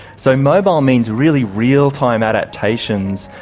so mobile means really real-time adaptations,